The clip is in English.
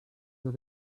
were